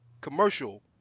commercial